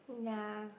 ya